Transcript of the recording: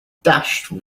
dashed